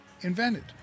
invented